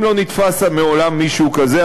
אם לא נתפס מעולם מישהו כזה,